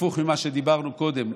הפוך ממה שדיברנו קודם.